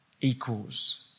equals